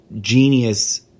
genius